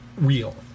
real